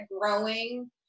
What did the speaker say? growing